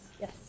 Yes